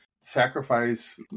sacrifice